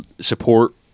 support